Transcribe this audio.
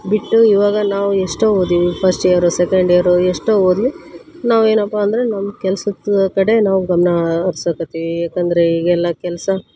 ಬಿಟ್ಟು ಇವಾಗ ನಾವು ಎಷ್ಟೋ ಓದೀವಿ ಫಶ್ಟ್ ಇಯರು ಸೆಕೆಂಡ್ ಇಯರು ಎಷ್ಟೋ ಓದಿ ನಾವು ಏನಪ್ಪ ಅಂದ್ರೆ ನಮ್ಮ ಕೆಲ್ಸದ ಕಡೆ ನಾವು ಗಮನ ಹರ್ಸಕತ್ತೀವಿ ಏಕಂದರೆ ಈಗೆಲ್ಲ ಕೆಲಸ